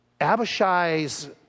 Abishai's